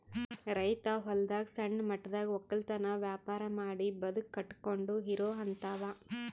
ರೈತ್ ಹೊಲದಾಗ್ ಸಣ್ಣ ಮಟ್ಟದಾಗ್ ವಕ್ಕಲತನ್ ವ್ಯಾಪಾರ್ ಮಾಡಿ ಬದುಕ್ ಕಟ್ಟಕೊಂಡು ಇರೋಹಂತಾವ